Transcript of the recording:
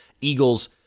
Eagles